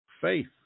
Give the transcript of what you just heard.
Faith